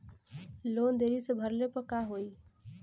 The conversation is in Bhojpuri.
लोन देरी से भरले पर का होई?